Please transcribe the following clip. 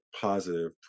positive